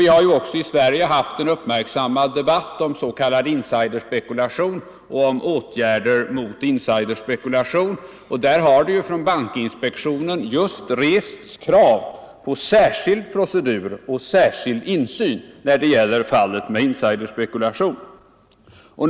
Vi har ju också i Sverige haft en uppmärksammad debatt om ”insiderspekulation” och om åtgärder mot sådan spekulation. Där har från bankinspektionen just rests krav på en särskild procedur och särskild insyn när det gäller ”insiderspekulation”.